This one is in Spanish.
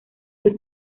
sus